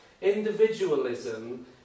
Individualism